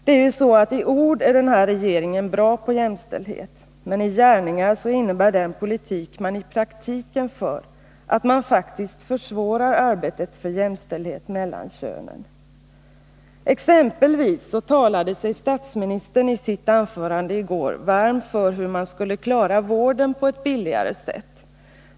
Det är ju så att i höst är den här regeringen bra på jämställdhet — men i gärningar innebär den kritik man i praktiken för att man faktiskt försvårar arbetet för jämställdhet mellan könen. Exempelvis talade sig statsministern i sitt anförande i går varm för hur man skulle klara vården på ett billigare sätt.